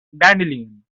dandelion